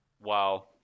Wow